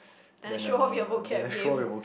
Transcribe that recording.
then to show off your vocab game